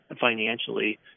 financially